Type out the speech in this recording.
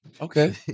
Okay